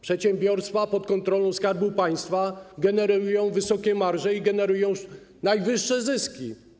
Przedsiębiorstwa pod kontrolą Skarbu Państwa generują wysokie marże i generują najwyższe zyski.